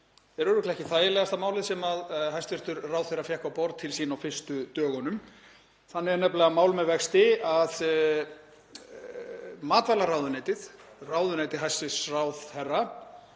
er örugglega ekki þægilegasta málið sem hæstv. ráðherra fékk á borð til sín á fyrstu dögunum. Þannig er nefnilega mál með vexti að matvælaráðuneytið, ráðuneyti hæstv. ráðherra,